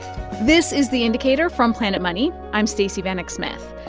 this is the indicator from planet money. i'm stacey vanek smith.